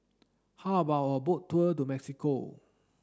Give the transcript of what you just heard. how about a boat tour to Mexico